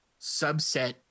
subset